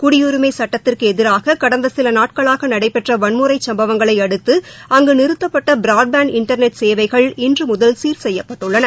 குடியுரிமை சட்டத்திற்கு எதிராக கடந்த சில நாட்களாக நடைபெற்ற வன்முறை சும்பவங்களை அடுத்து அங்கு நிறுத்தப்பட்ட பிராட் பேண்ட் இன்டர்நெட் சேவைகள் இன்று முதல் சீர் செய்யப்பட்டுள்ளன